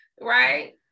Right